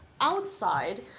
Outside